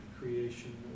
creation